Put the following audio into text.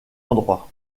endroit